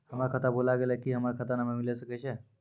हमर खाता भुला गेलै, की हमर खाता नंबर मिले सकय छै?